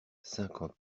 cinquante